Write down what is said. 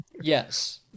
Yes